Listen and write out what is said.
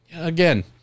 again